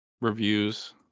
reviews